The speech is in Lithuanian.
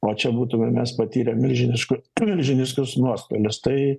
o čia būtume mes patyrę milžiniškų milžiniškus nuostolius tai